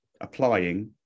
applying